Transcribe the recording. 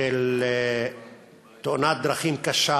על תאונת דרכים קשה